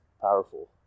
powerful